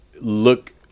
look